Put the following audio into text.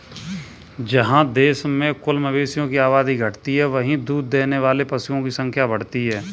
जहाँ देश में कुल मवेशियों की आबादी घटी है, वहीं दूध देने वाले पशुओं की संख्या बढ़ी है